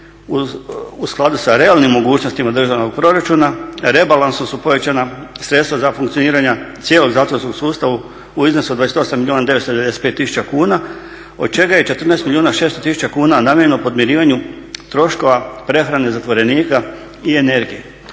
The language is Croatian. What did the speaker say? u skladu sa realnim mogućnostima državnog proračuna rebalansu su povećana sredstva za funkcioniranje cijelog zatvorskog sustava u iznosu od 28 milijuna 995 tisuća kuna, od čega je 14 milijuna 600 tisuća kuna namijenjeno podmirivanju troškova prehrane zatvorenika i energije.